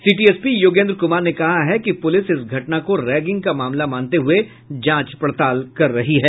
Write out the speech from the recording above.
city SP Yogendra Kumar ने कहा है कि पुलिस इस घटना को रैंगिंग का मामला मानते हुए जांच पड़ताल कर रही है